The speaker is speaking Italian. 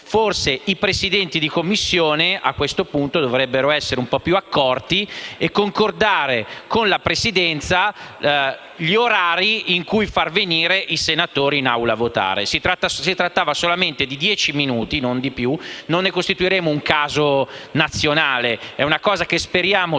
forse i Presidenti di Commissione, a questo punto, dovrebbero essere un po' più accorti e concordare con la Presidenza gli orari in cui far venire i senatori in Aula a votare. Si trattava solamente di dieci minuti, non di più. Non ne faremo un caso nazionale: è una cosa che speriamo finisca